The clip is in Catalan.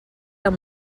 amb